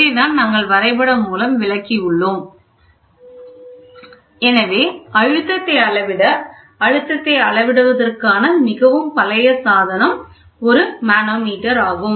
இதைத்தான் நாங்கள் வரைபடம் மூலம் விளக்கி உள்ளோம் எனவே அழுத்தத்தை அளவிட அழுத்தத்தை அளவிடுவதற்கான மிகவும் பழமையான சாதனம் ஒரு மனோமீட்டர் ஆகும்